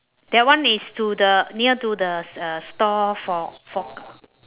that one is to the near to the s~ uh store for forec~